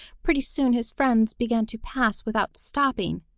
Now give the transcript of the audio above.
pretty soon his friends began to pass without stopping.